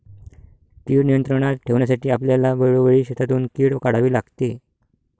कीड नियंत्रणात ठेवण्यासाठी आपल्याला वेळोवेळी शेतातून कीड काढावी लागते